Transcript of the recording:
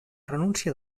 renúncia